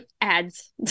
ads